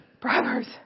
Proverbs